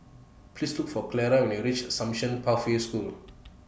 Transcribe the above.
Please Look For Clara when YOU REACH Assumption Pathway School